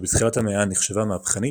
שבתחילת המאה נחשבה מהפכנית,